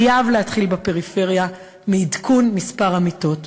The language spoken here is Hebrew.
חייב להתחיל בפריפריה בעדכון מספר המיטות.